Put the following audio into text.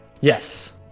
Yes